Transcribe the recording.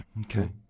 Okay